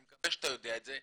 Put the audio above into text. אני מקווה שאתה יודע את זה,